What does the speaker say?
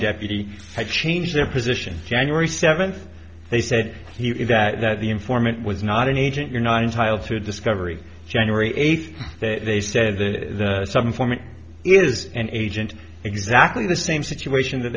deputy had changed their position january seventh they said he that the informant was not an agent you're not entitled to discovery january eighth that they said that some informant is an agent exactly the same situation that